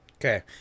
Okay